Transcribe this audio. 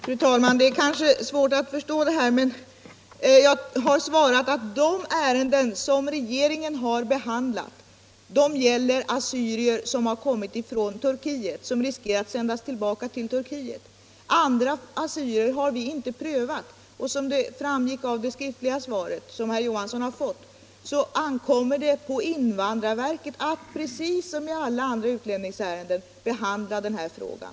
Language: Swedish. Fru talman! Det är kanske svårt att förstå detta. Jag har svarat att de ärenden som regeringen behandlat gäller assyrier som har kommit från Turkiet och som riskerar att sändas tillbaka dit. Ansökningar från andra assyrier har vi inte prövat. Som framgick av det skriftliga svaret, som herr Olof Johansson i Stockholm har fått, ankommer det på invandrarverket att precis som i alla andra utlänningsärenden behandla den här frågan.